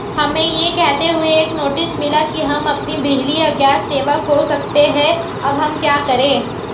हमें यह कहते हुए एक नोटिस मिला कि हम अपनी बिजली या गैस सेवा खो सकते हैं अब हम क्या करें?